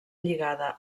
lligada